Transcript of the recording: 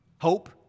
Hope